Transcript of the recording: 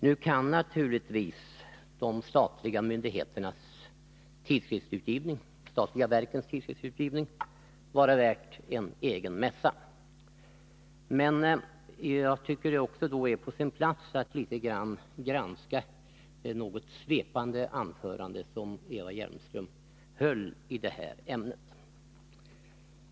Nu kan naturligtvis de statliga myndigheternas och de statliga verkens tidskriftsutgivning vara värd en egen mässa, men jag tycker att det då också är på sin plats att litet grand granska det något svepande anförande som Eva Hjelmström höll i det här ämnet.